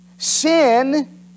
Sin